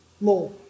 more